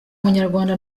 munyarwanda